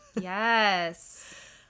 Yes